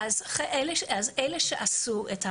אז אלה שעשו את העבודה,